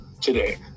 today